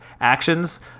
actions